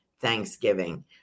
Thanksgiving